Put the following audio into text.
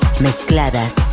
mezcladas